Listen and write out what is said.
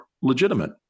legitimate